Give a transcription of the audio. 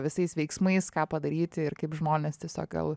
visais veiksmais ką padaryti ir kaip žmones tiesiog gal